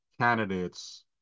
candidates